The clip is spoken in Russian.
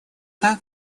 так